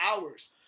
hours